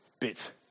bit